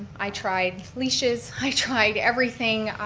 i tried leashes, i tried everything,